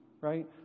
right